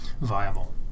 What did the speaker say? viable